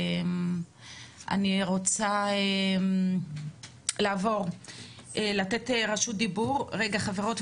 אני רוצה לעבור ולתת רשות דיבור לעובד הסוציאלי רענן,